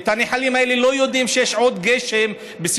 את